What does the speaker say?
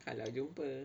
kalau jumpa